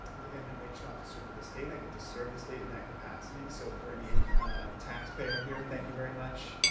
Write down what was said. the innovation officer for the state. i get to serve the state in that capacity, so for any taxpayer here, thank you very much,